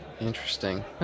Interesting